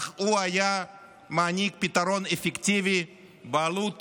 אך הוא היה מעניק פתרון אפקטיבי בעלות